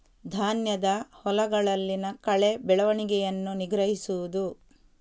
ಧಾನ್ಯದ ಹೊಲಗಳಲ್ಲಿನ ಕಳೆ ಬೆಳವಣಿಗೆಯನ್ನು ನಿಗ್ರಹಿಸುವುದು